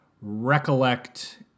recollect